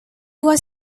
was